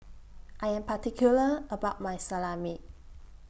I Am particular about My Salami